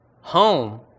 home